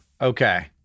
Okay